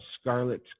scarlet